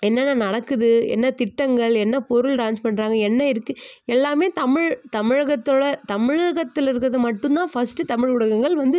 என்னென்ன நடக்குது என்ன திட்டங்கள் என்ன பொருள் லான்ச் பண்ணுறாங்க என்ன இருக்குது எல்லாமே தமிழ் தமிழகத்தோடய தமிழகத்தில் இருக்கிறத மட்டும்தான் ஃபஸ்ட்டு தமிழ் ஊடகங்கள் வந்து